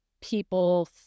people